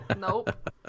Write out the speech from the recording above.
Nope